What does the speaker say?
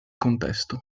contesto